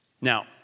Now